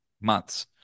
months